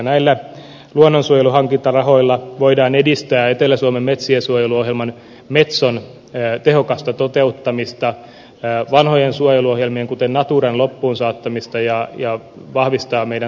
näillä luonnonsuojeluhankintarahoilla voidaan edistää etelä suomen metsiensuojeluohjelman metson tehokasta toteuttamista vanhojen suojeluohjelmien kuten naturan loppuunsaattamista ja vahvistaa meidän soidensuojeluamme